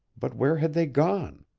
but where had they gone?